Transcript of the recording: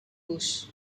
bus